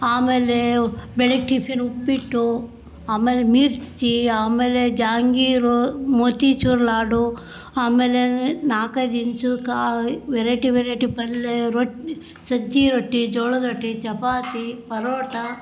ಆಮೇಲೆ ಬೆಳಿಗ್ಗೆ ಟಿಫಿನ್ ಉಪ್ಪಿಟ್ಟು ಆಮೇಲೆ ಮಿರ್ಚಿ ಆಮೇಲೆ ಜಹಾಂಗೀರ್ ಮೋತಿಚೂರ್ ಲಾಡು ಆಮೇಲೆ ನಾಲ್ಕೈದು ಇಂಚು ಕಾ ವೆರೈಟಿ ವೆರೈಟಿ ಪಲ್ಯ ರೊಟ್ಟಿ ಸಜ್ಜೆ ರೊಟ್ಟಿ ಜೋಳದ ರೊಟ್ಟಿ ಚಪಾತಿ ಪರೋಟ